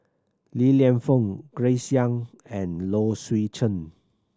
Li Lienfung Grace Young and Low Swee Chen